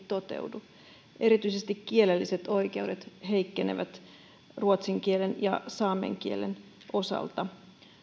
toteudu erityisesti kielelliset oikeudet heikkenevät ruotsin kielen ja saamen kielen osalta